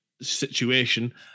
situation